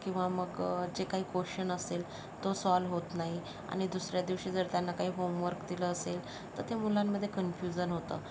किंवा मग जे काही कोशन असेल तो सॉल्व होत नाही आणि दुसऱ्या दिवशी जर त्यांना काही होमवर्क दिलं असेल तर ते मुलांमध्ये कन्फ्युजन होतं